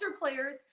players